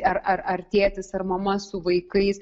ar ar tėtis ar mama su vaikais